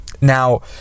Now